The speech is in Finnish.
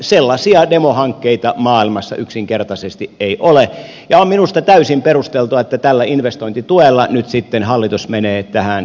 sellaisia demohankkeita maailmassa yksinkertaisesti ei ole ja on minusta täysin perusteltua että tällä investointituella nyt sitten hallitus menee tähän järjestelyyn mukaan